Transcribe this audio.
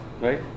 right